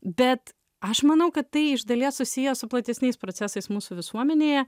bet aš manau kad tai iš dalies susiję su platesniais procesais mūsų visuomenėje